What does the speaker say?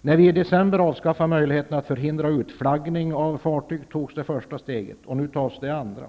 När vi i december avskaffade möjligheten att förhindra utflaggning av fartyg, togs det första steget, och nu tas det andra.